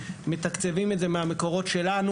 אנחנו מתקצבים את זה מהמקורות שלנו.